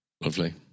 Lovely